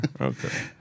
Okay